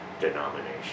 denomination